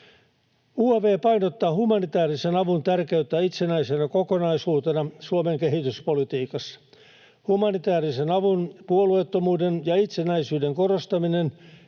UaV painottaa humanitäärisen avun tärkeyttä itsenäisenä kokonaisuutena Suomen kehityspolitiikassa. Humanitäärisen avun, puolueettomuuden ja itsenäisyyden korostaminen